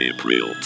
April